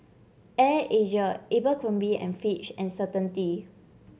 Air Asia Abercrombie and Fitch and Certainty